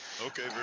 Okay